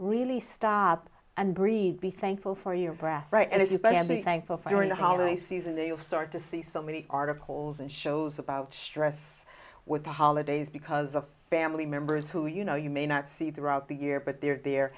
really stop and read be thankful for your breath right and if you probably thankful for during the holiday season you'll start to see so many articles and shows about stress with the holidays because of family members who you know you may not see throughout the year but they are there